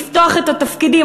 לפתוח את התפקידים,